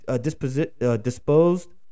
disposed